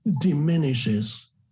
diminishes